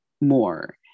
more